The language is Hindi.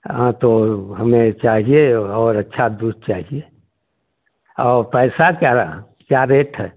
हाँ तो हमें चाहिए और अच्छा दूध चाहिए और पैसा क्या रहा क्या रेट है